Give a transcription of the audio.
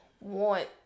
want